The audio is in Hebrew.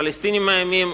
הפלסטינים מאיימים.